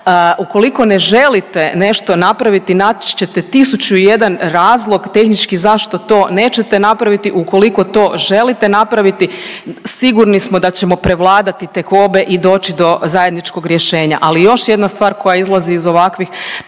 ukoliko ne želite nešto napraviti naći ćete tisuću i jedan razlog tehnički zašto to nećete napraviti. Ukoliko to želite napraviti sigurni smo da ćemo prevladati tegobe i doći do zajedničkog rješenja. Ali još jedna stvar koja izlazi iz ovakvih